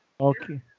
Okay